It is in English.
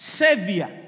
savior